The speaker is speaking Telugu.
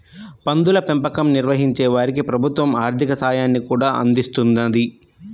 పందుల పెంపకం నిర్వహించే వారికి ప్రభుత్వం ఆర్ధిక సాయాన్ని కూడా అందిస్తున్నది